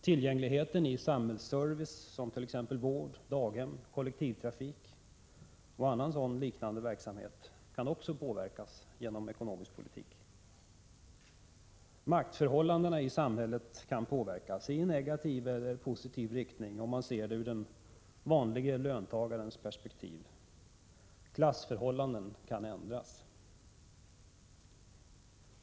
—- Tillgängligheten av samhällsservice som vård, daghem, kollektivtrafik och annan liknande verksamhet kan också påverkas med den ekonomiska politiken. - Även maktförhållandena i samhället påverkas i negativ eller positiv riktning, sett ur den vanlige lönarbetarens perspektiv, genom ekonomisk politik. Klassförhållanden kan ändras.